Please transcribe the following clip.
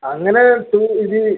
അങ്ങനെ ടു ഇത്